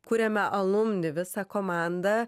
kūrėme alumni visą komandą